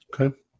Okay